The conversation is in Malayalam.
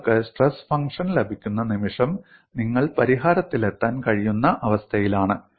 നിങ്ങൾക്ക് സ്ട്രെസ് ഫംഗ്ഷൻ ലഭിക്കുന്ന നിമിഷം നിങ്ങൾ പരിഹാരത്തിലെത്താൻ കഴിയുന്ന അവസ്ഥയിലാണ്